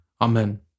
Amen